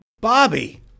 Bobby